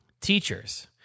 teachers